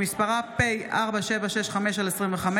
שמספרה פ/4765/25,